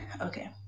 Okay